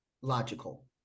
logical